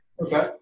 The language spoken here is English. Okay